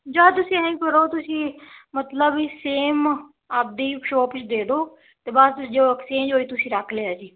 ਜਾਂ ਤੁਸੀਂ ਐਂ ਕਰੋ ਤੁਸੀਂ ਮਤਲਬ ਵੀ ਸੇਮ ਆਪਣੀ ਸ਼ੋਪ 'ਚ ਦੇ ਦਿਓ ਅਤੇ ਬਾਅਦ 'ਚ ਜੋ ਐਕਸਚੇਂਜ ਹੋਈ ਤੁਸੀਂ ਰੱਖ ਲਿਆ ਜੇ